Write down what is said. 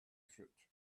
fruit